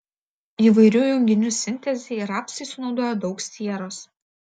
įvairių junginių sintezei rapsai sunaudoja daug sieros